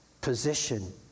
position